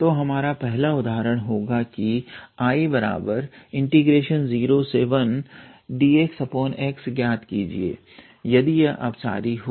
तो हमारा पहला उदाहरण होगा की 𝐼01dxx ज्ञात कीजिए यदि यह अभिसारी हो